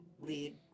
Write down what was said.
lead